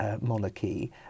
monarchy